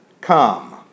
come